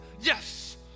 Yes